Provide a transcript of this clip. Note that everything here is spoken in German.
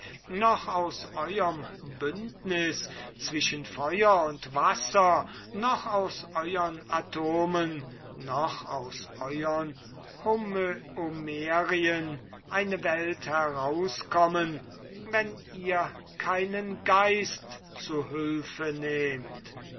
noch aus euerm bündnis zwischen feuer und wasser noch aus euern atomen noch aus euern homöomerien eine welt herauskommen wenn ihr keinen geist zu hülfe nehmt